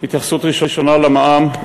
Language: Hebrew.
התייחסות ראשונה, למע"מ.